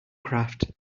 craft